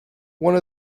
one